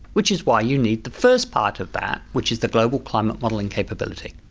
which is why you need the first part of that, which is the global climate modelling capability.